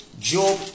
Job